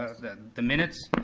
the minutes.